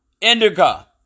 indica